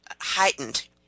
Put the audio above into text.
heightened